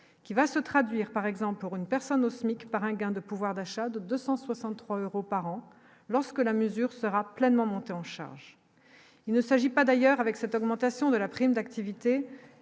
qui va se traduire par exemple pour une personne au SMIC par un gain de pouvoir d'achat de 263 euros par an lorsque la mesure sera pleinement monte en charge, il ne s'agit pas d'ailleurs avec cette augmentation de la prime d'activité